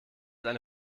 eine